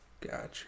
Gotcha